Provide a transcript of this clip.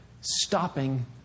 stopping